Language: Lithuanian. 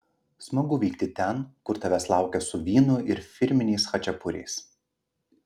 smagu vykti ten kur tavęs laukia su vynu ir firminiais chačiapuriais